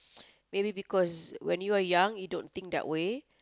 maybe because when you are young you don't think that way